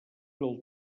del